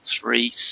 three